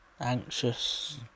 Anxious